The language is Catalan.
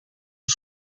als